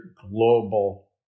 global